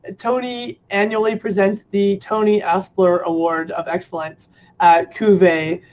ah tony annually presents the tony aspler award of excellence at cuvee.